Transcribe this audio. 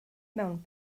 mewn